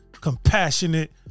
compassionate